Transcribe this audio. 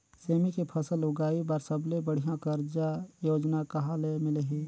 सेमी के फसल उगाई बार सबले बढ़िया कर्जा योजना कहा ले मिलही?